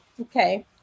Okay